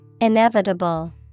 Inevitable